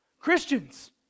Christians